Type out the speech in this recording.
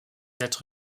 êtres